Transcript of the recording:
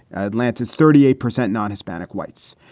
ah atlanta, thirty eight percent non hispanic whites.